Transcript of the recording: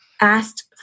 asked